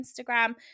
instagram